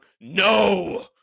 no